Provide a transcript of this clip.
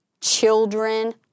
children